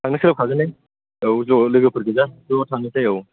थांनो सोलाबखागोनलै औ ज' लोगोफोर गोजा ज' थांनोसै औ